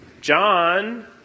John